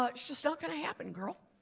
ah just not going to happen, girl.